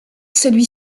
celui